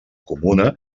comuna